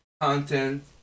content